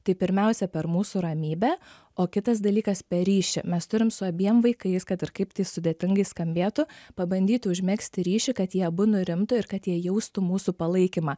tai pirmiausia per mūsų ramybę o kitas dalykas per ryšį mes turim su abiem vaikais kad ir kaip sudėtingai skambėtų pabandyti užmegzti ryšį kad jie abu nurimtų ir kad jie jaustų mūsų palaikymą